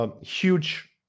huge